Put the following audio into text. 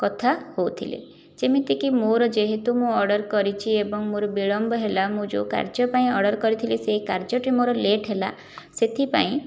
କଥା ହେଉଥିଲେ ଯେମିତିକି କି ମୋର ଯେହେତୁ ମୁଁ ଅର୍ଡ଼ର କରିଛି ଏବଂ ମୋର ବିଳମ୍ବ ହେଲା ମୁଁ ଯେଉଁ କାର୍ଯ୍ୟ ପାଇଁ ଅର୍ଡ଼ର କରିଥିଲି ସେହି କାର୍ଯ୍ୟଟି ମୋର ଲେଟ୍ ହେଲା ସେଥିପାଇଁ